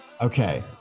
Okay